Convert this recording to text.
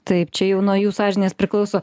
taip čia jau nuo jų sąžinės priklauso